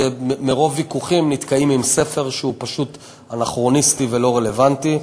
מרוב ויכוחים נתקעים עם ספר שהוא פשוט אנכרוניסטי ולא רלוונטי.